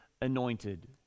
anointed